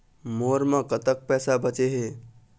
मोर म कतक पैसा बचे हे?